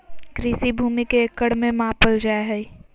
कृषि भूमि के एकड़ में मापल जाय हइ